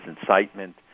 incitement